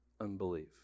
unbelief